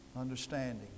understanding